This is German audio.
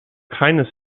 keines